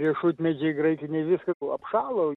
riešutmedžiai graikiniai viskas apšalo